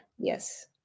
Yes